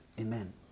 Amen